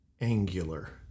angular